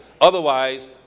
Otherwise